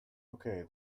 okay